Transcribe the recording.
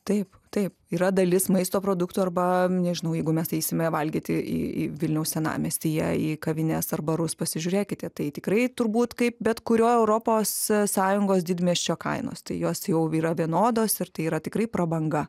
taip taip yra dalis maisto produktų arba nežinau jeigu mes eisime valgyti į į vilniaus senamiestyje į kavines ar barus pasižiūrėkite tai tikrai turbūt kaip bet kurio europos sąjungos didmiesčio kainos tai jos jau yra vienodos ir tai yra tikrai prabanga